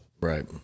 Right